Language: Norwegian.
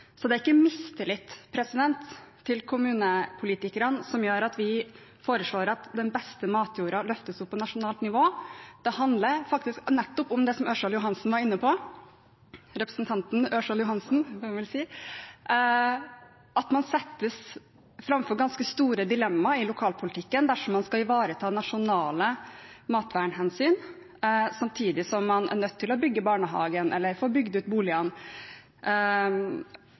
Så det er ikke mistillit til kommunepolitikerne som gjør at vi foreslår at den beste matjorda løftes opp på nasjonalt nivå. Det handler nettopp om det som representanten Ørsal Johansen var inne på, at man stilles overfor ganske store dilemmaer i lokalpolitikken dersom man skal ivareta nasjonale matvernhensyn samtidig som man er nødt til å bygge barnehager, få bygd ut